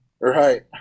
Right